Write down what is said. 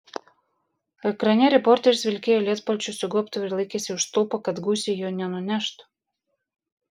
ekrane reporteris vilkėjo lietpalčiu su gobtuvu ir laikėsi už stulpo kad gūsiai jo nenuneštų